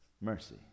Mercy